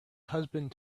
husband